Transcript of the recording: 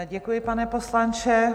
Děkuji, pane poslanče.